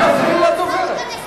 אל תפריעי לדוברת.